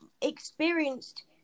experienced